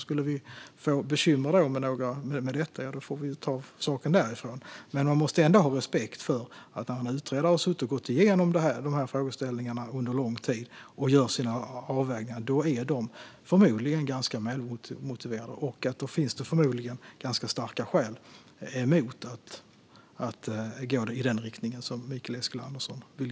Skulle vi få bekymmer med detta får vi ta saken därifrån, men man måste ändå ha respekt för att utredningen under lång tid har suttit och gått igenom dessa frågeställningar. Därmed är avvägningarna förmodligen ganska välmotiverade, och därför finns det förmodligen ganska starka skäl mot att gå i den riktning som Mikael Eskilandersson vill.